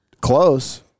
close